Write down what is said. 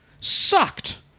sucked